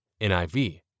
NIV